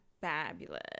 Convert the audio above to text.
fabulous